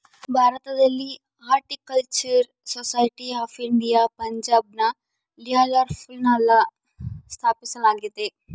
ಭಾರತದಲ್ಲಿ horticultural society of India ಪಂಜಾಬ್ನ ಲಿಯಾಲ್ಪುರ್ನಲ್ಲ ಸ್ಥಾಪಿಸಲಾಗ್ಯತೆ